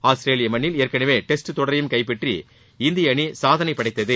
ஆஸ்திரேலிய மண்ணில் ஏற்கனவே டெஸ்ட் தொடரையும் கைப்பற்றி இந்திய அணி சாதனை படைத்தது